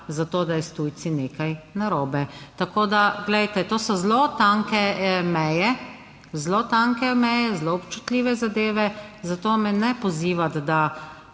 za to, da je s tujci nekaj narobe. Tako da glejte, to so zelo tanke meje, zelo tanke meje, zelo občutljive zadeve. Zato me ne pozivati, da